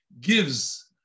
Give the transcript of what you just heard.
gives